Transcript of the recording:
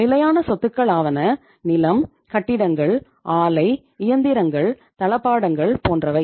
நிலையான சொத்துக்கள் ஆவன நிலம் கட்டிடங்கள் ஆலை இயந்திரங்கள் தளபாடங்கள் போன்றவை